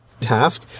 task